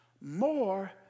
more